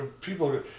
people